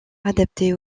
adapté